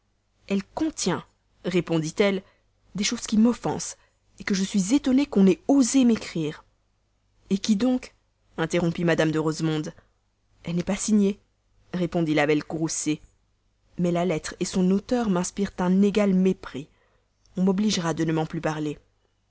elle contient répondit-elle des choses qui m'offensent que je suis étonnée qu'on ait osé m'écrire et qui donc interrompit mme de rosemonde elle n'est pas signée répliqua la belle courroucée mais la lettre son auteur m'inspirent un égal mépris on m'obligera de ne m'en plus parler